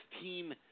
team